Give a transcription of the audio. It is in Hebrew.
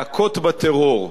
להכות בטרור,